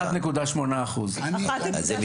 אני עשיתי את